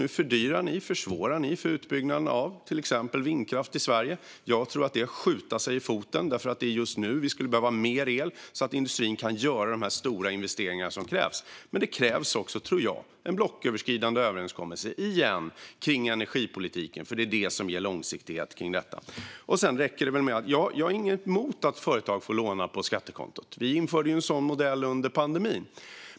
Nu fördyrar och försvårar ni för utbyggnaden av till exempel vindkraft i Sverige. Jag tror att det är att skjuta sig i foten, eftersom det är just nu vi behöver mer el så att industrin kan göra de stora investeringarna. Men det krävs också, tror jag, en blocköverskridande överenskommelse för energipolitiken. Och det skulle ge långsiktighet. Jag har inget emot att företag får låna på skattekontot. Vi införde en sådan modell under pandemin.